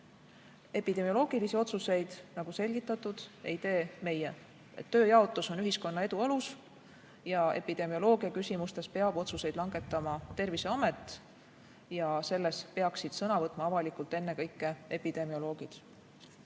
Epidemioloogilisi otsuseid, nagu selgitatud, ei tee meie. Tööjaotus on ühiskonna edu alus ja epidemioloogia küsimustes peab otsuseid langetama Terviseamet, ja selles peaksid sõna võtma avalikult ennekõike epidemioloogid.